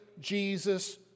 Jesus